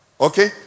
Okay